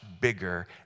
bigger